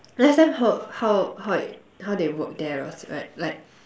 last time how how it how they work there was right like